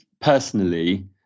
personally